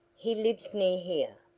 he lives near here.